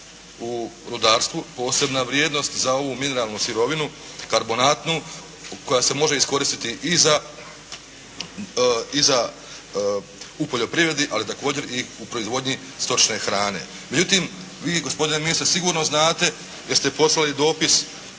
u rudarstvu, posebna vrijednost za ovu mineralnu sirovinu karbonatu, koja se može iskoristiti i za, u poljoprivredi, ali također i u proizvodnji stočne hrane. Međutim, vi gospodine ministre sigurno znate jer ste poslali dopis